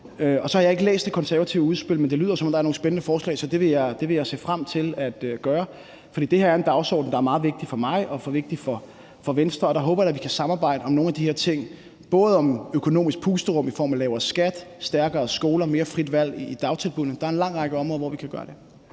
Så har jeg ikke læst det konservative udspil, men det lyder, som om der er nogle spændende forslag, så det vil jeg se frem til at gøre, for det her er en dagsorden, der er meget vigtig for mig og for Venstre, og der håber jeg da, at vi kan samarbejde om nogle af de her ting, både om økonomisk pusterum i form af lavere skat, stærkere skoler og mere frit valg i dagtilbuddene. Der er en lang række områder, vi kan gøre det